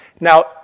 Now